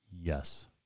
Yes